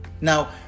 Now